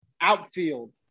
Outfield